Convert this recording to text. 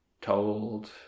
told